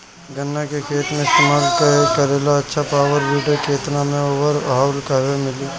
गन्ना के खेत में इस्तेमाल करेला अच्छा पावल वीडर केतना में आवेला अउर कहवा मिली?